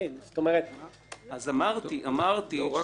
אמרתי שנתתי